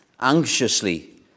anxiously